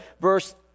Verse